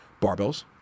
barbells